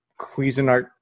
Cuisinart